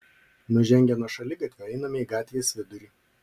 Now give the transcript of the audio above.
nužengę nuo šaligatvio einame į gatvės vidurį